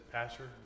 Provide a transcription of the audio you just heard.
Pastor